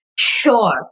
Sure